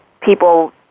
people